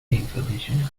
information